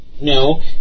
No